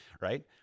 right